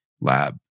lab